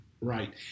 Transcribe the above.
Right